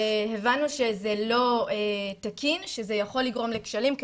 הבנו שזה לא תקין ושזה יכול לגרום לכשלים,